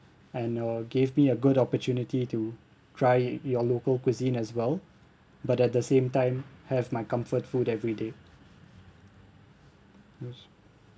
and uh gave me a good opportunity to try your local cuisine as well but at the same time have my comfort food every day yes